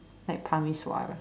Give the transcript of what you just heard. like parmeswara